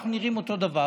אנחנו נראים אותו דבר,